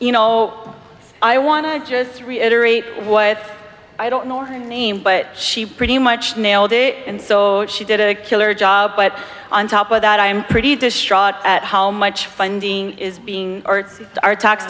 you know i want to just reiterate what i don't know her name but she pretty much nailed it and so she did a killer job but on top of that i'm pretty distraught at how much funding is being our tax